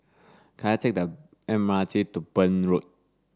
can I take the M R T to Burn Road